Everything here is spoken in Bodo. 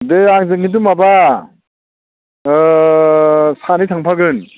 दे आंजोंनिथ' माबा सानै थांफागोन